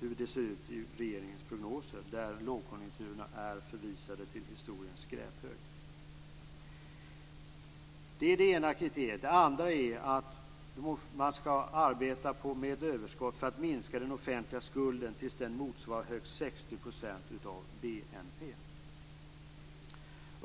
hur det ser ut i regeringens prognoser, där lågkonjunkturerna är förvisade till historiens skräphög. Det är det ena kriteriet. Det andra kriteriet är att man skall arbeta med överskott för att minska den offentliga skulden tills den motsvarar högst 60 % av BNP.